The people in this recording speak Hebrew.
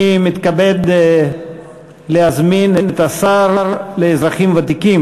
אני מתכבד להזמין את השר לאזרחים ותיקים,